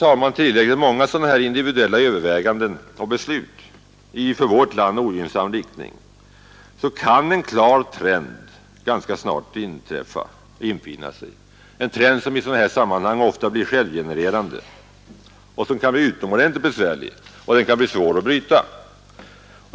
Om det sedan blir tillräckligt många sådana här individuella överväganden och beslut i för vårt land ogynnsam riktning, så kan en klar trend ganska snart infinna sig, en trend som i sådana här sammanhang ofta blir självgenererande och som kan vara utomordentlig besvärlig och svår att bryta.